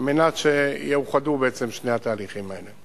על מנת שיאוחדו בעצם שני התהליכים האלה.